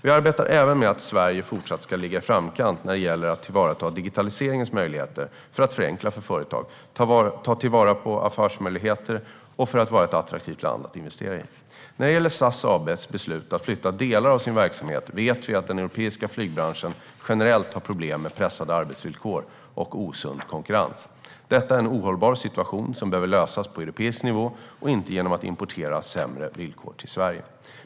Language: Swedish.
Vi arbetar även för att Sverige fortsatt ska ligga i framkant när det gäller att tillvarata digitaliseringens möjligheter för att förenkla för företag, ta till vara affärsmöjligheter och göra Sverige till ett attraktivt land att investera i. När det gäller SAS AB:s beslut att flytta delar av sin verksamhet vet vi att den europeiska flygbranschen generellt har problem med pressade arbetsvillkor och osund konkurrens. Detta är en ohållbar situation, som behöver lösas på europeisk nivå och inte genom att importera sämre villkor till Sverige.